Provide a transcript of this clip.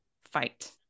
fight